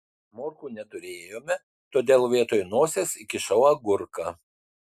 morkų neturėjome todėl vietoj nosies įkišau agurką